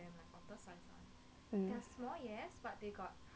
mm